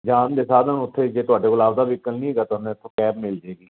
ਜਾਣ ਦੇ ਸਾਧਨ ਉੱਥੇ ਜੇ ਤੁਹਾਡੇ ਕੋਲ ਆਪਦਾ ਵੀਕਲ ਨਹੀਂ ਹੈਗਾ ਤੁਹਾਨੂੰ ਇੱਥੋਂ ਕੈਬ ਮਿਲ ਜਾਏਗੀ